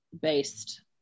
based